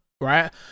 right